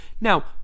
Now